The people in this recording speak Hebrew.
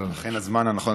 לכן זה הזמן הנכון.